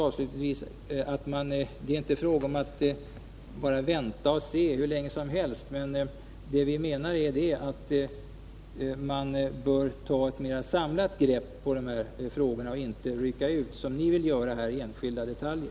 Avslutningsvis är det alltså inte fråga om att man bara skall vänta och se hur länge som helst, utan vi menar att man skall ta ett mera samlat grepp på dessa frågor och inte, som ni vill göra, rycka ut enskilda detaljer.